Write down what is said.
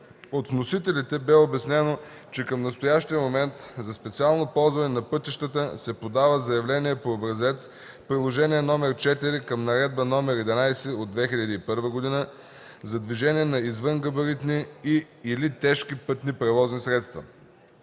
От вносителите бе обяснено, че към настоящия момент за специалното ползване на пътищата се подава заявление по образец – Приложение № 4 към Наредба № 11 от 2001 г. за движение на извънгабаритни и/или тежки пътни превозни средства.